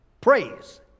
Praise